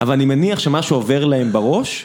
אבל אני מניח שמשהו עובר להם בראש?